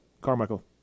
Carmichael